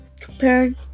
comparing